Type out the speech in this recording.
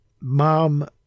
Mom